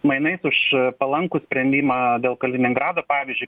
mainais už palankų sprendimą dėl kaliningrado pavyzdžiui